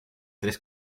tres